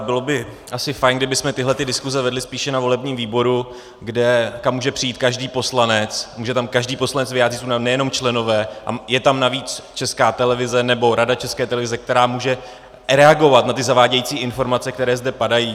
Bylo by asi fajn, kdybychom tyhle diskuse vedli spíše na volebním výboru, kam může přijít každý poslanec, může se tam každý poslanec vyjádřit, nejenom členové, a je tam navíc Česká televize nebo Rada České televize, která může reagovat na ty zavádějící informace, které zde padají.